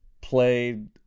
played